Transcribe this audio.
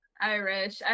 Irish